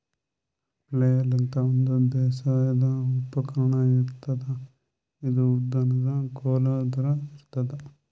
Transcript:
flail ಅಂತಾ ಒಂದ್ ಬೇಸಾಯದ್ ಉಪಕರ್ಣ್ ಇರ್ತದ್ ಇದು ಉದ್ದನ್ದ್ ಕೋಲ್ ಥರಾ ಇರ್ತದ್